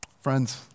Friends